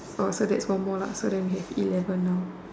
oh so that's one more lah so that we have eleven now